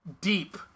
Deep